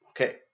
okay